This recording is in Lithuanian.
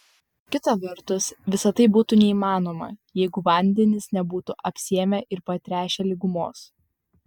kita vertus visa tai būtų neįmanoma jeigu vandenys nebūtų apsėmę ir patręšę lygumos